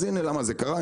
אז הנה למה זה קרה,